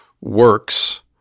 works